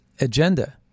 agenda